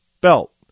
belt